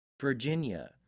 Virginia